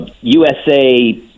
USA